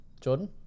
Jordan